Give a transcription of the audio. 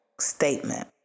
statement